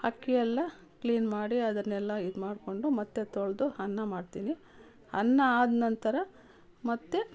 ಅಕ್ಕಿಯೆಲ್ಲ clean ಮಾಡಿ ಅದನ್ನೆಲ್ಲ ಇದು ಮಾಡ್ಕೊಂಡು ಮತ್ತೆ ತೊಳೆದು ಅನ್ನ ಮಾಡ್ತೀನಿ ಅನ್ನ ಆದ ನಂತರ ಮತ್ತೆ